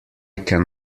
can